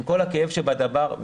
עם כל הכאב שבדבר,